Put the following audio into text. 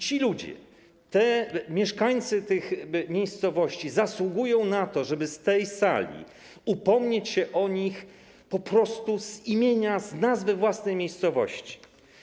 Ci ludzie, mieszkańcy tych miejscowości zasługują na to, żeby z tej sali upomnieć się o nich, po prostu używając imienia, nazwy własnej miejscowości.